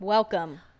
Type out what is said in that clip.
Welcome